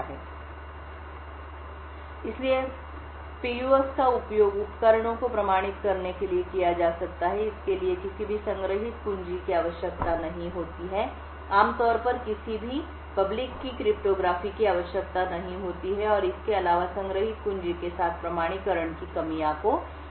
इसलिए भौतिक रूप से गैर जिम्मेदार कार्यों का उपयोग उपकरणों को प्रमाणित करने के लिए किया जा सकता है इसके लिए किसी भी संग्रहीत कुंजी की आवश्यकता नहीं होती है आमतौर पर किसी भी सार्वजनिक कुंजी क्रिप्टोग्राफी की आवश्यकता नहीं होती है और इसके अलावा संग्रहीत कुंजी के साथ प्रमाणीकरण की कमियों को दूर करता है